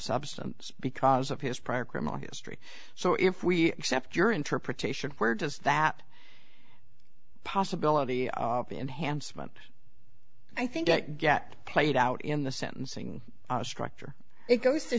substance because of his prior criminal history so if we accept your interpretation where does that possibility op enhanced when i think i get played out in the sentencing structure it goes to